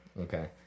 okay